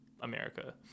America